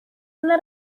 una